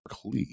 CLE